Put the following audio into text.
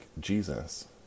Jesus